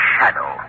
Shadow